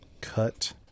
Cut